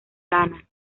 ghana